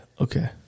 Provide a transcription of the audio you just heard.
okay